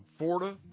Forta